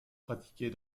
pratiquée